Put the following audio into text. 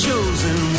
Chosen